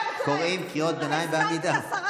כדאי שתקשיבי, חברת הכנסת גוטליב.